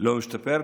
לא משתפר,